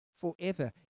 forever